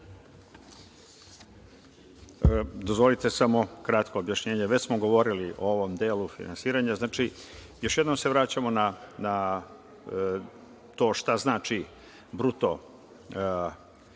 Dozvolite samo kratko objašnjenje. Već smo govorili o ovom delu finansiranja, znači još jednom se vraćamo na to šta znači bruto